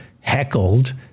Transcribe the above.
heckled